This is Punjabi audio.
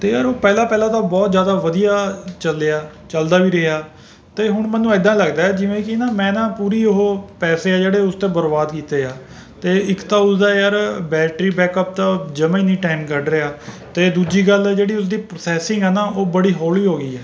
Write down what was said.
ਅਤੇ ਯਾਰ ਉਹ ਪਹਿਲਾਂ ਪਹਿਲਾਂ ਤਾਂ ਬਹੁਤ ਜ਼ਿਆਦਾ ਵਧੀਆ ਚੱਲਿਆ ਚੱਲਦਾ ਵੀ ਰਿਹਾ ਅਤੇ ਹੁਣ ਮੈਨੂੰ ਏਦਾਂ ਲੱਗਦਾ ਹੈ ਜਿਵੇਂ ਕਿ ਨਾ ਮੈਂ ਨਾ ਪੂਰੀ ਉਹ ਪੈਸੇ ਆ ਜਿਹੜੇ ਉਸ 'ਤੇ ਬਰਬਾਦ ਕੀਤੇ ਆ ਅਤੇ ਇੱਕ ਤਾਂ ਉਸ ਦਾ ਯਾਰ ਬੈਟਰੀ ਬੈਕਅੱਪ ਤਾਂ ਜਮ੍ਹਾਂ ਹੀ ਨਹੀਂ ਟਾਈਮ ਕੱਢ ਰਿਹਾ ਅਤੇ ਦੂਜੀ ਗੱਲ ਜਿਹੜੀ ਉਸਦੀ ਪ੍ਰੋਸੈਸਿੰਗ ਹੈ ਨਾ ਉਹ ਬੜੀ ਹੌਲ਼ੀ ਹੋ ਗਈ ਹੈ